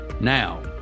Now